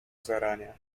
zarania